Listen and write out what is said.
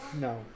No